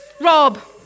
Rob